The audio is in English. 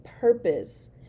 purpose